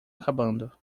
acabando